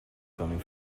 coming